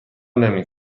نمی